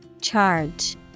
Charge